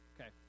okay